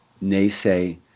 naysay